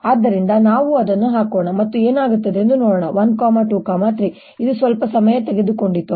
ಆದ್ದರಿಂದ ನಾವು ಅದನ್ನು ಹಾಕೋಣ ಮತ್ತು ಏನಾಗುತ್ತದೆ ಎಂದು ನೋಡೋಣ 1 2 3 ಇದು ಸ್ವಲ್ಪ ಸಮಯ ತೆಗೆದುಕೊಂಡಿತು